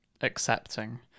accepting